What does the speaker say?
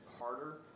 harder